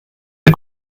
der